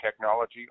technology